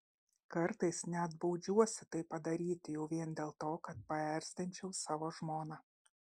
kartais net baudžiuosi tai padaryti jau vien dėl to kad paerzinčiau savo žmoną